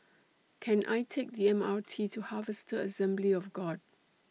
Can I Take The M R T to Harvester Assembly of God